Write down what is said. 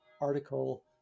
article